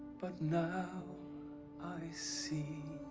but now i see